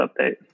update